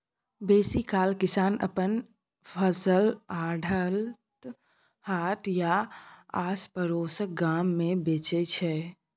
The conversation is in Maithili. बेसीकाल किसान अपन फसल आढ़त, हाट या आसपरोसक गाम मे बेचै छै